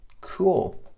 Cool